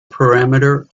parameter